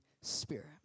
Spirit